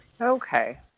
Okay